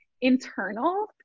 internal